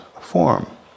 form